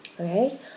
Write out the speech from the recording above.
Okay